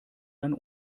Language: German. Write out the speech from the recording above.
dann